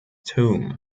tomb